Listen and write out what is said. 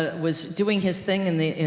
was doing his thing in the,